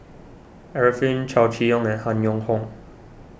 Arifin Chow Chee Yong and Han Yong Hong